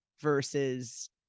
versus